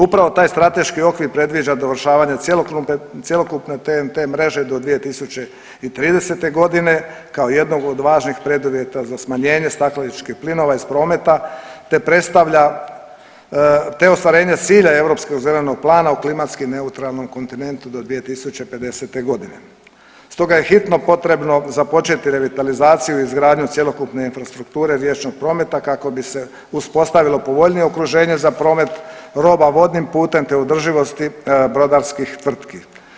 Upravo taj strateški okvir predviđa dovršavanje cjelokupne TEN-T mreže do 2030. g. kao jednog od važnih preduvjeta za smanjenje stakleničkih plinova iz prometa te predstavlja, te ostvarenje cilja Europskog zelenog plana u klimatski neutralnom kontinentu do 2050. g., stoga je hitno potrebno započeti revitalizaciju i izgradnju cjelokupne infrastrukture riječnog prometa kako bi se uspostavilo povoljnije okruženje za promet roba vodnim putem te održivosti brodarskih tvrtki.